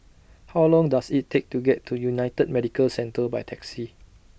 How Long Does IT Take to get to United Medicare Centre By Taxi